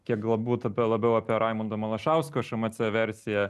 kiek galbūt apie labiau apie raimundą malašausko šmc versiją